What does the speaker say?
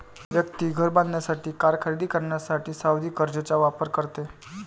व्यक्ती घर बांधण्यासाठी, कार खरेदी करण्यासाठी सावधि कर्जचा वापर करते